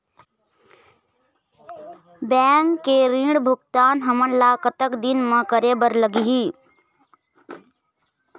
Bank के ऋण भुगतान हमन ला कतक दिन म करे बर लगही?